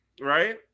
right